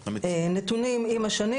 הנתונים עם השנים,